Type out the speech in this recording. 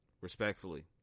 respectfully